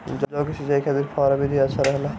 जौ के सिंचाई खातिर फव्वारा विधि अच्छा रहेला?